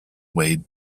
weighed